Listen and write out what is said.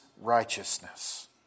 righteousness